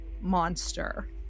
monster